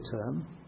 term